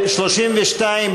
התשע"ו 2016,